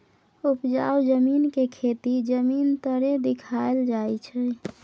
उपजाउ जमीन के खेती जमीन तरे देखाइल जाइ छइ